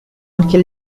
anche